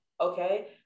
okay